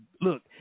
look